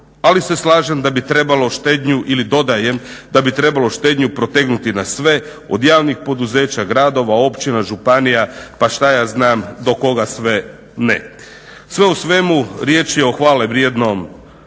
ali se slažem da bi trebalo štednju ili dodajem da bi trebalo štednju protegnuti na sve, od javnih poduzeća, gradova, općina, županija, pa šta ja znam do koga sve ne. Sve u svemu, riječ o hvalevrijednom